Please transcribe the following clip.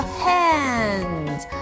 hands